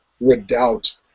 redoubt